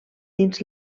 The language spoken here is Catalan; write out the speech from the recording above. dins